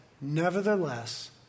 nevertheless